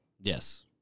Yes